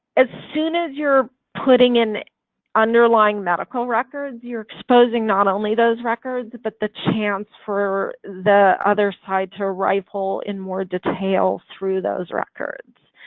as soon as you're putting in underlying medical records you're exposing not only those records but the chance for the other side to rifle in more detail through those records